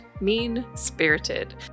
mean-spirited